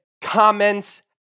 comments